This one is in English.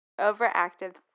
overactive